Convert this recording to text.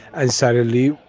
and suddenly,